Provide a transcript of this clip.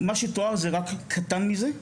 מה שתואר קטן מזה.